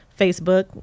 Facebook